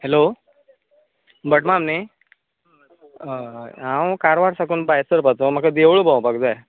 hello भटमाम न्ही हय हांव कारवार साकून भायर सरपाचो म्हाका देवूळ भोंवपाक जाय